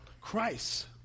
Christ